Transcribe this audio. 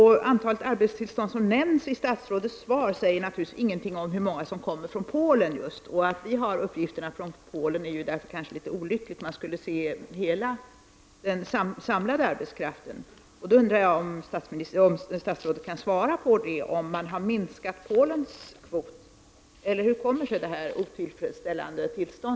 Antalet arbetstillstånd som nämns i statsrådets svar säger naturligtvis ingenting om hur många som kommer från Polen. Att vi frågeställare kommer med uppgifter angående Polen är därför kanske litet olyckligt. Man skulle i stället se på hela den samlade arbetskraften. Jag undrar om statsrådet kan svara på frågan om kvoten för Polen har minskat. Hur kommer sig denna otillfredsställande situation?